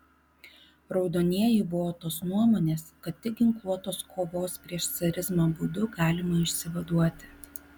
raudonieji buvo tos nuomonės kad tik ginkluotos kovos prieš carizmą būdu galima išsivaduoti